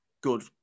good